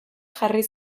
jarri